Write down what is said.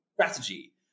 strategy